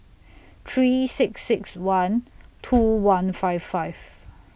three six six one two one five five